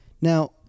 Now